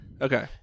Okay